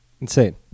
Insane